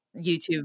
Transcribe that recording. YouTube